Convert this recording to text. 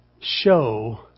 show